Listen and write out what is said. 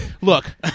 look